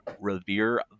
Revere